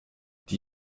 die